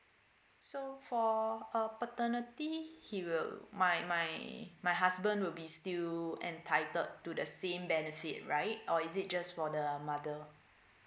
so for a paternity he will my my my husband will be still entitled to the same benefit right or is it just for the mother